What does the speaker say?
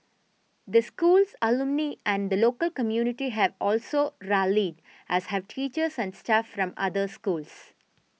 the school's alumni and the local community have also rallied as have teachers and staff from other schools